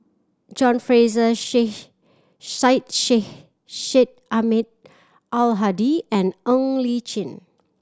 John Fraser Syed Syed Ahmad Al Hadi and Ng Li Chin